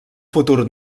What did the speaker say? futur